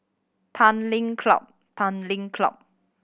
Tanglin Club Tanglin Club